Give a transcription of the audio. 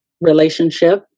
relationship